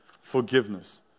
forgiveness